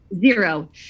zero